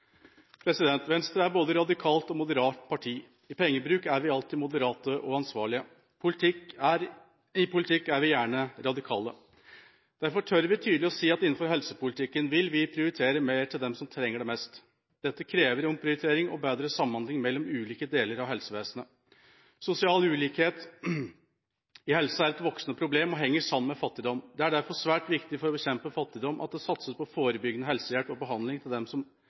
Venstre er både et radikalt og et moderat parti. I pengebruk er vi alltid moderate og ansvarlige. I politikk er vi gjerne radikale. Derfor tør vi tydelig si at innenfor helsepolitikken vil vi prioritere mer til dem som trenger det mest. Dette krever omprioriteringer og bedre samhandling mellom ulike deler av helsevesenet. Sosial ulikhet i helse er et voksende problem og henger sammen med fattigdom. Det er derfor svært viktig for å bekjempe fattigdom at det satses på forebyggende helsehjelp og behandling til dem som